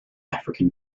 african